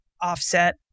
offset